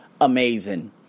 amazing